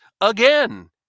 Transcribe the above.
again